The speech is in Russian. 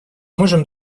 можем